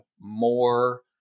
more